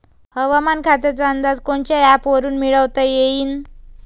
हवामान खात्याचा अंदाज कोनच्या ॲपवरुन मिळवता येईन?